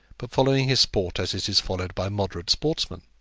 but following his sport as it is followed by moderate sportsmen.